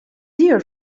dear